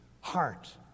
heart